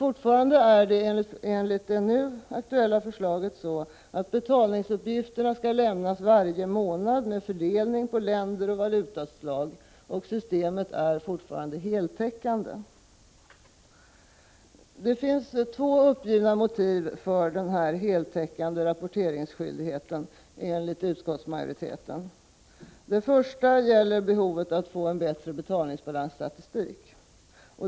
Fortfarande är det emellertid enligt det nu aktuella förslaget så, att betalningsuppgifterna skall lämnas varje månad med fördelning på länder och valutaslag, och systemet skall fortfarande vara heltäckande. Det finns två uppgivna motiv för den heltäckande rapporteringsskyldigheten, enligt utskottsmajoriteten. Det första gäller behovet att få en bättre betalningsbalansstatistik.